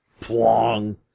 plong